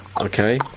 Okay